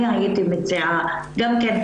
אני הייתי מציעה גם כן,